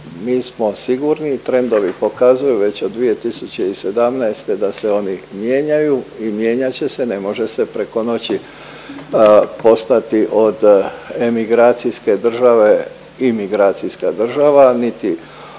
mi smo sigurni trendovi pokazuju već od 2017. da se oni mijenjaju i mijenjat će se. Ne može se preko noći postati od emigracijske države imigracijska država, niti od